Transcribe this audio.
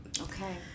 Okay